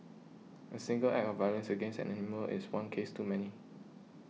a single act of violence against an animal is one case too many